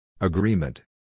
Agreement